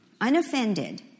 unoffended